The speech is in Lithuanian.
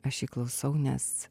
aš jį klausau nes